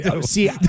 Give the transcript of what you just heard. see